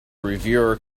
reviewer